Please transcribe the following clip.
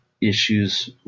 issues